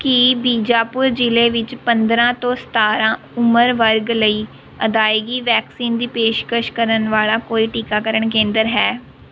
ਕੀ ਬੀਜਾਪੁਰ ਜ਼ਿਲ੍ਹੇ ਵਿੱਚ ਪੰਦਰਾਂ ਤੋਂ ਸਤਾਰਾਂ ਉਮਰ ਵਰਗ ਲਈ ਅਦਾਇਗੀ ਵੈਕਸੀਨ ਦੀ ਪੇਸ਼ਕਸ਼ ਕਰਨ ਵਾਲਾ ਕੋਈ ਟੀਕਾਕਰਨ ਕੇਂਦਰ ਹੈ